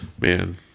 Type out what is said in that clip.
Man